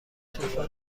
طوفان